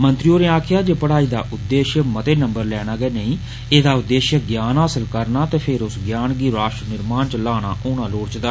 मंत्री होरे आक्खेआ जे पढ़ाई दा उद्देष्य मते नम्बर लैना गै नेई एह्दा उद्देष्य ज्ञान हासिल करना ते फिर उस ज्ञान गी राश्ट्र निर्माण च लाना होना लोड़चदा